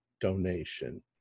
donation